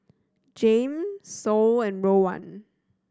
Jame Sol and Rowan